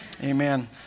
Amen